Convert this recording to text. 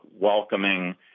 welcoming